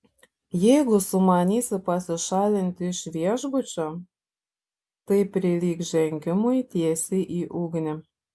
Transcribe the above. jeigu sumanysi pasišalinti iš viešbučio tai prilygs žengimui tiesiai į ugnį